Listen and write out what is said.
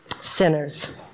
Sinners